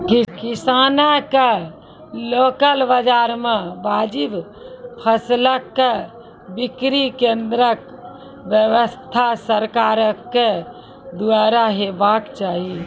किसानक लोकल बाजार मे वाजिब फसलक बिक्री केन्द्रक व्यवस्था सरकारक द्वारा हेवाक चाही?